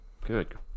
Good